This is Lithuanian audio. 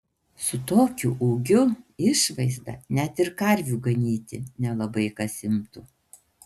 su tokiu ūgiu išvaizda net ir karvių ganyti nelabai kas imtų